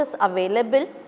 available